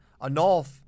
Anolf